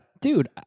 dude